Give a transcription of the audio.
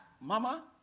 Mama